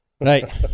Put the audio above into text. Right